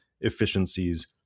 efficiencies